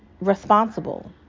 responsible